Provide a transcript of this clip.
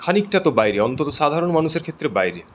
খানিকটা তো বাইরে অন্তত সাধারণ মানুষের ক্ষেত্রে তো বাইরে